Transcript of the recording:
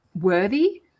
worthy